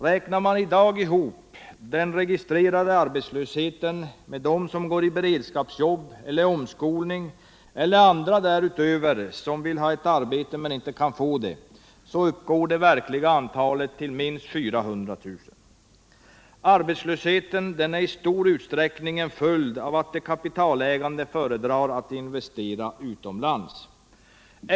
Räknar man i dag ihop de registrerade arbetslösa med dem som går i beredskapsjobb och omskolning och andra därutöver som vill ha ett arbete men inte kan få det, så uppgår det verkliga antalet till minst 400 000. Arbetslösheten är i stor utsträckning en följd av att de kapitalägande föredrar att investera utomlands.